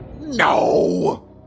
No